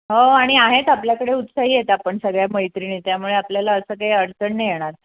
हो आणि आहेत आपल्याकडे उत्साही आहेत आपण सगळ्या मैत्रिणी त्यामुळे आपल्याला असं काही अडचण नाही येणार